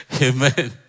Amen